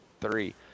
three